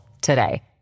today